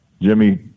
Jimmy